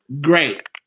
Great